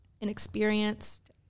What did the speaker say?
inexperienced